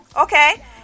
okay